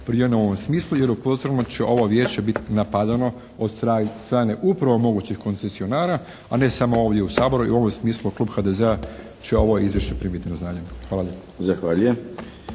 razumije./… smislu jer u protivnom će ovo Vijeće biti napadano od strane upravo mogućih koncesionara, a ne samo ovdje u Saboru i u ovom smislu klub HDZ-a će ovo izvješće primiti na znanje. Hvala